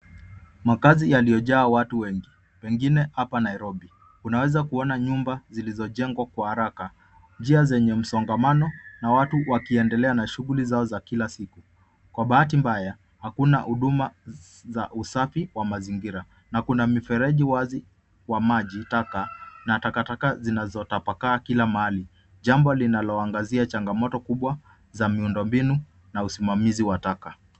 Makazi yaliyo jaa watu wengi pengine apa Nairobi, unaweza kuona nyumba zilizojengwa kwa haraka. Njia zenye msongamano na watu wakiendelea na shughli zao za kila siku kwa bahati mbaya hakuna huduma za usafi kwa mazingira na kuna mifereji wazi wa maji taka na taka taka zinazotapaka kila mahali jambo linaloaangazia changamoto kubwa za miundo mbinu na usimamizi wa taka.